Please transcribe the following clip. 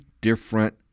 different